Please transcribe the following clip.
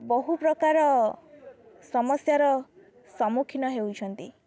ବହୁ ପ୍ରକାର ସମସ୍ୟାର ସମ୍ମୁଖୀନ ହେଉଛନ୍ତି